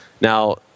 Now